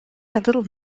little